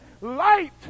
light